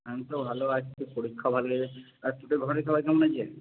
আমি তো ভালো আছি পরীক্ষা ভালো হয়েছে আর তোদের ঘরে সবাই কেমন আছে